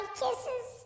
kisses